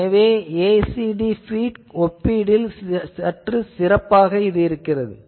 எனவே ACD பீட் ஒப்பீட்டில் சற்று சிறப்பாக உள்ளது